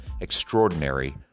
extraordinary